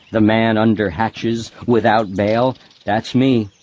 the man under hatches, without bail that's me,